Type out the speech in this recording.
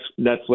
Netflix